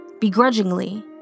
Begrudgingly